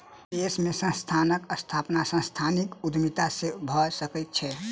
देश में संस्थानक स्थापना सांस्थानिक उद्यमिता से भअ सकै छै